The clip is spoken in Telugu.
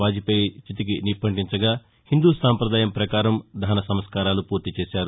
వాజ్పేయీ చితికి నిప్పంటించగా హిందూ సంప్రదాయం ప్రకారం దహస సంస్కారాలు పూర్తి చేశారు